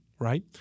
Right